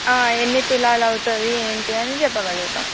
ఎన్ని తులాలు అవుతుంది ఏంటి అని చెప్పగలుగుతాం